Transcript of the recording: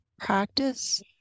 practice